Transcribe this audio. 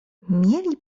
mieli